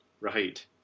Right